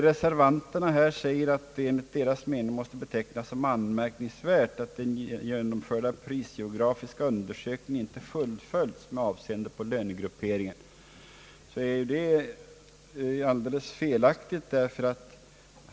Reservanterna anser att det måste betecknas som anmärkningsvärt att den prisgeografiska undersökningen inte fullföljdes med avseende på lönegrupperingen. Detta uttalande är felaktigt.